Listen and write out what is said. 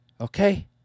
okay